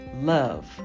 love